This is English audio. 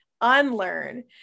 unlearn